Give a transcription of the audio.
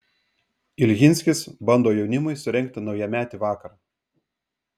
iljinskis bando jaunimui surengti naujametį vakarą